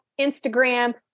Instagram